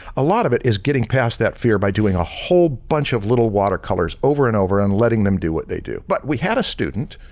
a lot of it is getting past that fear by doing a whole bunch of little watercolors over and over and letting them do what they do. but we had a student,